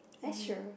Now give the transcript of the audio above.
that's true